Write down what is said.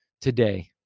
today